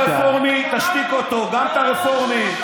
ושפת הביבים שהבאת לבית הזה.